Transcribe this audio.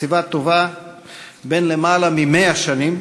בשׂיבה טובה, בן למעלה מ-100 שנים,